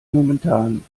momentan